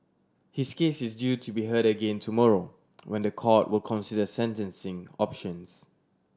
his case is due to be heard again tomorrow when the court will consider sentencing options